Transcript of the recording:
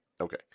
Okay